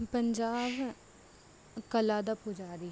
ਪੰਜਾਬ ਕਲਾ ਦਾ ਪੁਜਾਰੀ ਹੈ